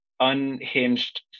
unhinged